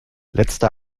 letzte